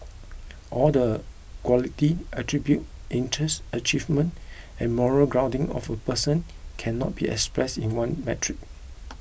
all the qualities attributes interests achievements and moral grounding of a person cannot be expressed in one metric